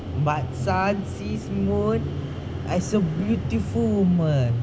but sun sees moon as a beautiful woman